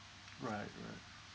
right right